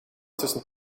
tussen